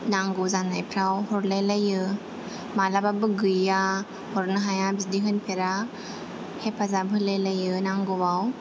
नांगौ जानायफ्राव हरलाय लायो मालाबाबो गैया हरनो हाया बिदि होनफेरा हेफाजाब होलायलायो नांगौआव